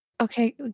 Okay